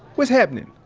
what's happening?